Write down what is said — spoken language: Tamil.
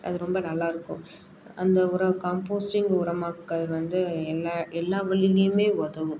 அது ரொம்ப நல்லாயிருக்கும் அந்த உரம் காம்போஸ்டிங் உரமாக்கல் வந்து எல்லா எல்லா வழியிலையுமே உதவும்